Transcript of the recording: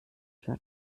dort